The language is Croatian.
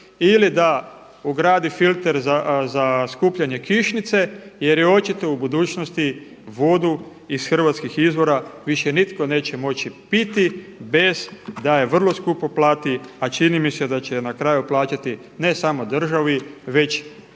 ili da ugradi filter za skupljanje kišnice jer je očito u budućnosti vodu iz hrvatskih izvora više nitko neće moći piti bez da je vrlo skupo plati, a čini mi se da će je na kraju plaćati ne samo državi već